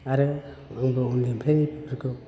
आरो आंबो उन्दैनिफ्रायनो बेफोरखौ